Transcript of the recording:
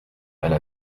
elle